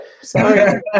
Sorry